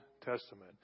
Testament